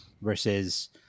versus